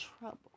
trouble